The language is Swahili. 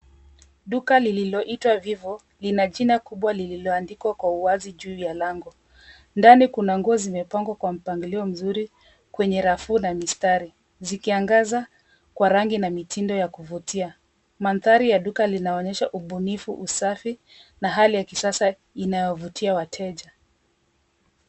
Duka lililoitwa Vivo lina jina kubwa lililoandikwa kwa uwazi juu ya lango. Ndani kuna nguo zimepangwa kwa mpangilio mzuri kwenye rafu na mistari zikiangaza kwa rangi na mitindo ya kuvutia. Mandhari ya duka linaonyesha ubunifu, usafi na hali ya kisasa inayovutia wateja.